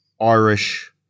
Irish